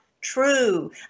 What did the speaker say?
true